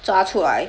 抓出来